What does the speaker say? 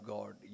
God